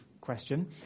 question